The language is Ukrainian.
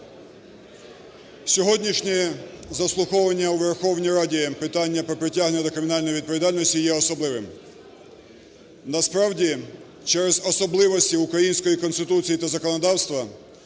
Сьогоднішнє заслуховування у Верховній Раді питання про притягнення до кримінальної відповідальності є особливим. Насправді через особливості української Конституції та законодавства